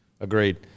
Agreed